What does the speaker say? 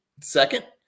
second